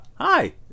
hi